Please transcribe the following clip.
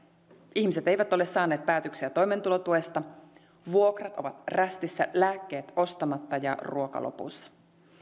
ihmiset eivät ole saaneet päätöksiä toimeentulotuesta vuokrat ovat rästissä lääkkeet ostamatta ja ruoka lopussa